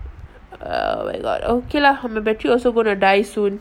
er oh my god okay lah my battery also going to die soon